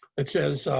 it says,